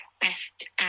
best